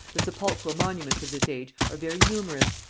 the sepulchral monuments of this age are very numerous,